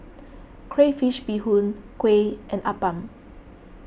Crayfish BeeHoon Kuih and Appam